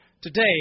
Today